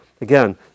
Again